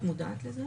את מודעת לזה?